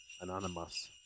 anonymous